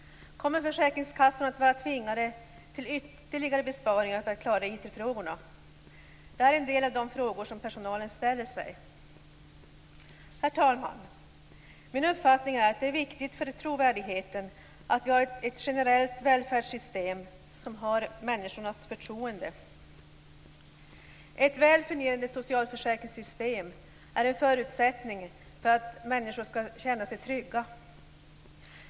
Kommer försäkringskassorna att vara tvingade till ytterligare besparingar för att klara IT-frågorna? Detta är en del av de frågor som personalen ställer sig. Herr talman! Min uppfattning är att det är viktigt för trovärdigheten att vi har ett generellt välfärdssystem som har människornas förtroende. Ett väl fungerande socialförsäkringssystem är en förutsättning för att människor skall känna sig trygga.